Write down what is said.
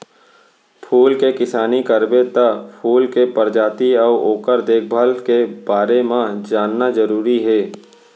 फूल के किसानी करबे त फूल के परजाति अउ ओकर देखभाल के बारे म जानना जरूरी हे